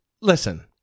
listen